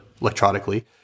electronically